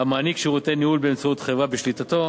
המעניק שירותי ניהול באמצעות חברה בשליטתו.